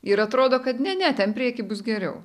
ir atrodo kad ne ne ten prieky bus geriau